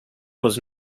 was